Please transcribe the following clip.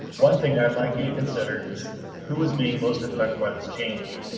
one thing i'd like you to consider is who is being most affected by this change.